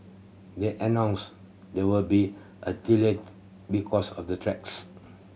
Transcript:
they announced there would be a delay because of the tracks